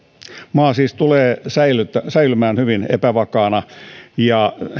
maa siis tulee säilymään hyvin epävakaana ja